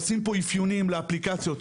עושים פה אפיונים לאפליקציות,